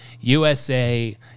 USA